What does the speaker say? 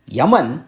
Yaman